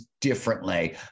differently